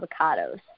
avocados